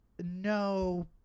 no